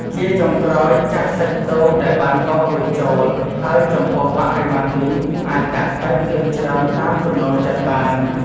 ជាចុងក្រោយ ចាក់សាច់ដូងដែលបានកោសរួចចូល ហើយចំពោះបរិមាណវិញ អាចដាក់តិច ឬច្រើនទៅតាមចំណូលចិត្តបាន។